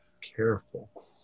careful